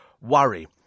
worry